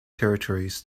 territories